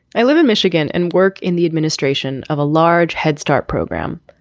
i live in michigan and work in the administration of a large headstart program.